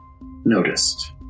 noticed